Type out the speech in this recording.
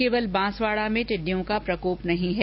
केवल बांसवाड़ा में टिड्डियों का प्रकोप नहीं है